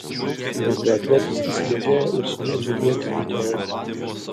lengvaatletis įsibėgėja ir sviedžia ietį į tolį